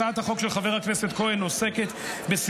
הצעת החוק של חבר הכנסת כהן עוסקת בסיוע